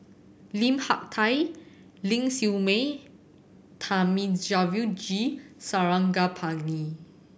Lim Hak Tai Ling Siew May Thamizhavel G Sarangapani